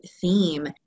theme